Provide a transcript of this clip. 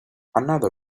another